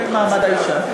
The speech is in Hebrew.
מעמד האישה.